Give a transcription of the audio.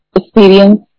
experience